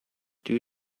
due